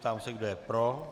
Ptám se, kdo je pro.